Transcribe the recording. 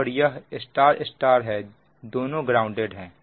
और यह Y Y है दोनों ग्राउंडेड है